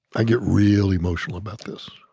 i get real emotional about this.